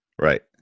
Right